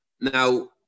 Now